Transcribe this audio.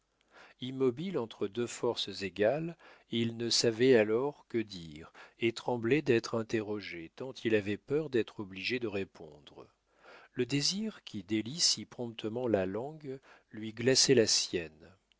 immobile entre deux forces égales il ne savait alors que dire et tremblait d'être interrogé tant il avait peur d'être obligé de répondre le désir qui délie si promptement la langue lui glaçait la sienne